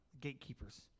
Gatekeepers